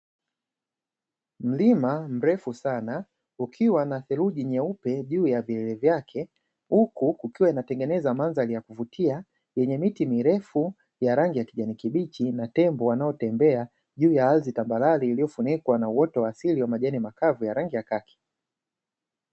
Mlima mrefu sana ukiwa na theluji nyeupe juu ya vilele vyake, huku ikiwa inatengeneza mandhari ya kuvutia yenye miti mirefu ya rangi ya kijani kibichi, na tembo wanaotembea juu ya ardhi tambarare iliyofunikwa na uoto wa asili wa majani makavu ya rangi ya kaki.